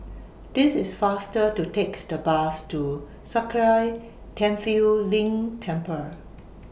This IS faster to Take The Bus to Sakya Tenphel Ling Temple